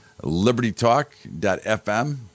LibertyTalk.fm